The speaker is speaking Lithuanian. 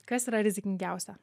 kas yra rizikingiausia